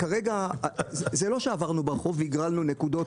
זה לא שעברנו ברחוב והגרלנו נקודות